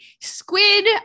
squid